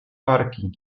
parki